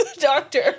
Doctor